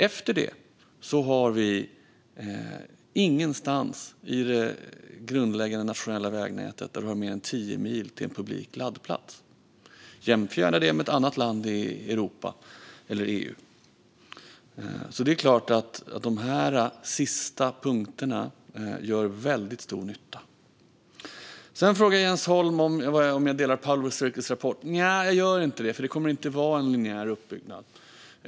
Annars är det ingenstans på det grundläggande nationella vägnätet som man har mer än tio mil till en publik laddplats. Jämför gärna det med något annat land i Europa eller EU! Det är klart att dessa sista punkter gör väldigt stor nytta. Sedan frågar Jens Holm om jag håller med om slutsatserna i Power Circles rapport. Nja, jag gör inte det, för det kommer inte att vara en linjär uppbyggnad.